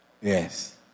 Yes